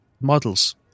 models